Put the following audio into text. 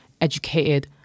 educated